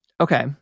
Okay